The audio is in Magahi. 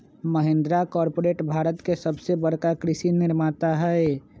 महिंद्रा कॉर्पोरेट भारत के सबसे बड़का कृषि निर्माता हई